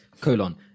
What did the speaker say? colon